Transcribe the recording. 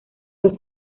fue